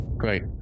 Great